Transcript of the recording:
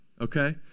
Okay